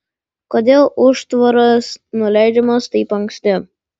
kodėl užtvaras nuleidžiamas taip anksti